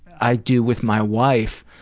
i do with my wife